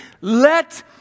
Let